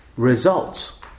results